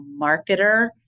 marketer